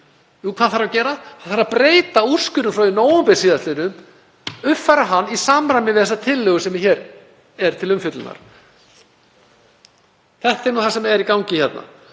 upp. Hvað þarf að gera? Það þarf að breyta úrskurði frá því í nóvember síðastliðnum, uppfæra hann í samræmi við þá tillögu sem hér er til umfjöllunar. Þetta er það sem er í gangi hérna.